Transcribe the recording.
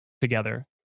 together